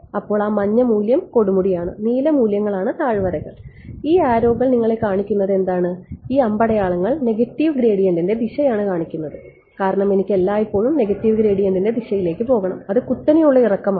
അതിനാൽ മഞ്ഞ മൂല്യം കൊടുമുടിയാണ് നീല മൂല്യങ്ങളാണ് താഴ്വരകൾ ഈ ആരോകൾ നിങ്ങളെ കാണിക്കുന്നത് എന്താണ് ഈ അമ്പടയാളങ്ങൾ നെഗറ്റീവ് ഗ്രേഡിയന്റിന്റെ ദിശയാണ് കാണിക്കുന്നത് കാരണം എനിക്ക് എല്ലായ്പ്പോഴും നെഗറ്റീവ് ഗ്രേഡിയന്റിന്റെ ദിശയിലേക്ക് പോകണം അത് കുത്തനെയുള്ള ഇറക്കമാണ്